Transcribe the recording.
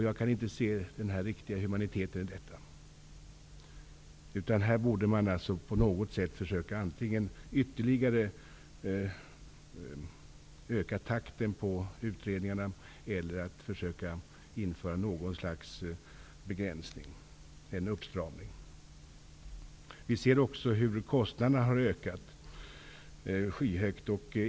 Jag kan inte riktigt se humaniteten i detta. Man borde på något sätt försöka ytterligare öka takten på utredningarna, eller införa något slags begränsning eller uppstramning. Vi ser också hur kostnaderna har ökat väsentligt.